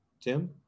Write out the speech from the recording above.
Tim